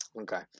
Okay